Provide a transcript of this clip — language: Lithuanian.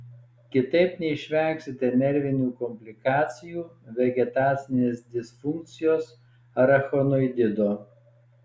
kitaip neišvengsite nervinių komplikacijų vegetacinės disfunkcijos arachnoidito